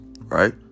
right